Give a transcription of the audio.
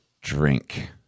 drink